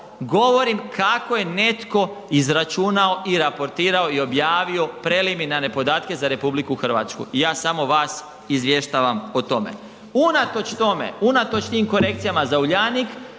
govorim kako je netko izračunao i raportirao i objavio preliminarne podatke za RH i ja vas samo izvještavam o tome. Unatoč tome, unatoč tim korekcijama za Uljanik,